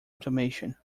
automation